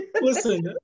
Listen